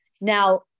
Now